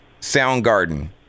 Soundgarden